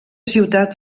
ciutat